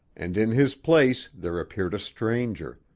and in his place there appeared a stranger,